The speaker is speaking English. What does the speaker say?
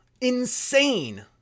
insane